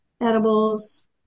edibles